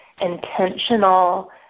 intentional